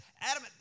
Adam